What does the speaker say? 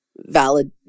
valid